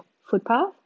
footpath